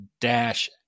dash